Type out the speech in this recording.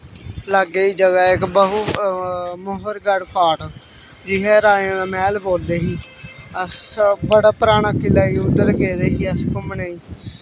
लाग्गे ही जगह ऐ इक बहु फोर्ट जिनें राजें दा मैह्ल बोलदे ही अस बड़ा पराना किला ऐ उद्धर गेदे ही अस घूमने गी